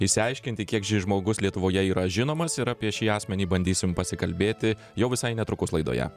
išsiaiškinti kiek šis žmogus lietuvoje yra žinomas ir apie šį asmenį bandysim pasikalbėti jau visai netrukus laidoje